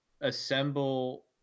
assemble